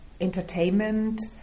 entertainment